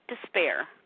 despair